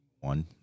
One